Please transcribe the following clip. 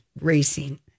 racing